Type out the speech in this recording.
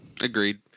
Agreed